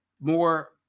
more